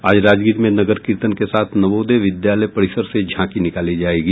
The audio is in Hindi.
आज राजगीर में नगर कीर्तन के साथ नवोदय विद्यालय परिसर से झांकी निकाली जायेगी